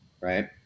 right